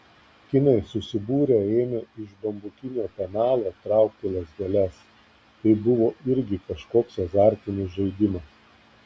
kinai susibūrę ėmė iš bambukinio penalo traukti lazdeles tai buvo irgi kažkoks azartinis žaidimas